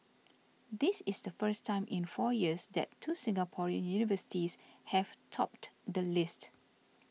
this is the first time in four years that two Singaporean universities have topped the list